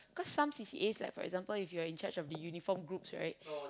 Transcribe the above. cause some C C As like for example you are in charge of the uniform groups right